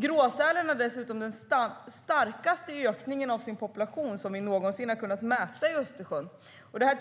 Gråsälen har dessutom den starkaste ökningen av sin population som vi någonsin har kunnat mäta i Östersjön. Det här